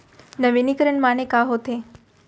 नवीनीकरण माने का होथे?